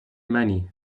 منی